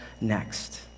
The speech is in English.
next